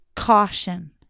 Caution